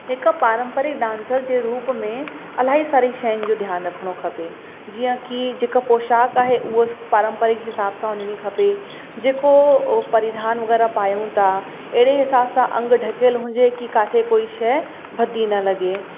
हिकु पारंपरिक डांसर जे रूप में इलाही सारी शयुनि जो ध्यानु रखिणो खपे जीअं कि जेका पोशाक आहे उहा पारंपरिक हिसाब सां हुजणी खपे जेको परिधान वग़ैरह पायूं था अहिड़े हिसाब सां अंग ढकियल हुजे कि किथे कोई शइ भद्दी न लॻे